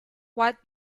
what